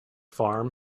farm